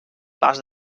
pas